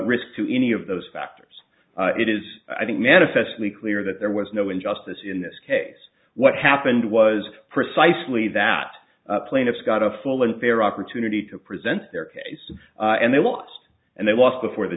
risk to any of those factors it is i think manifestly clear that there was no injustice in this case what happened was precisely that the plaintiffs got a full and fair opportunity to present their case and they lost and they lost before the